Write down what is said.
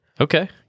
Okay